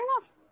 enough